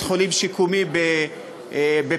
בית-חולים שיקומי בפוריה,